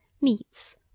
meats